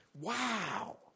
Wow